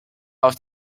auf